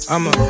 I'ma